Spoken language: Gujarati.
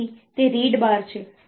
તેથી તે રીડ બાર છે